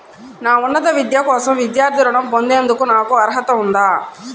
నా ఉన్నత విద్య కోసం విద్యార్థి రుణం పొందేందుకు నాకు అర్హత ఉందా?